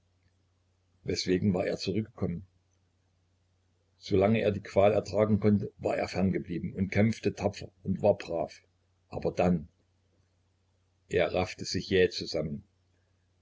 weswegen war er zurückgekommen so lange er die qual ertragen konnte war er ferngeblieben und kämpfte tapfer und war brav aber dann er raffte sich jäh zusammen